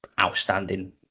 outstanding